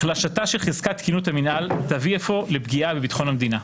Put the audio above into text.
החלשתה של חזקת תקינות המנהל תביא אפוא לפגיעה בביטחון המדינה.